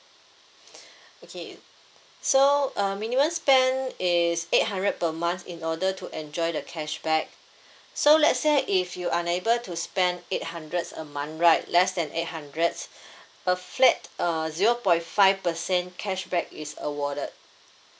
okay so uh minimum spend is eight hundred per month in order to enjoy the cashback so let's say if you unable to spent eight hundred a month right less than eight hundred a flat uh zero point five percent cashback is awarded